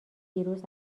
ویروس